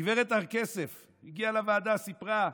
גברת הר-כסף הגיעה לוועדה וסיפרה,